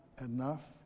enough